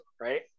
right